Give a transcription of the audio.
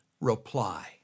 reply